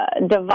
divide